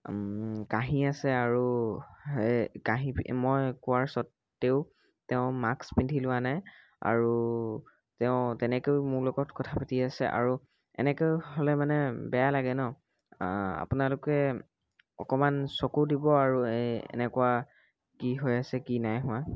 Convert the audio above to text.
কাঁহী আছে আৰু কাঁহী মই কোৱাৰ স্বত্তেও তেওঁ মাস্ক পিন্ধি লোৱা নাই আৰু তেওঁ তেনেকৈ মোৰ লগত কথা পাতি আছে আৰু এনেকৈ হ'লে মানে বেয়া লাগে ন আপোনালোকে অকণমান চকু দিব আৰু এনেকুৱা কি হৈ আছে কি নাই হোৱা